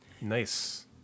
Nice